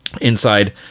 Inside